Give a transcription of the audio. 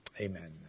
Amen